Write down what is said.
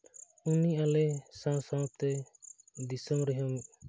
ᱩᱱᱤ ᱟᱞᱮ ᱥᱟᱶ ᱥᱟᱶᱛᱮ ᱫᱤᱥᱚᱢ ᱨᱮᱦᱚᱸ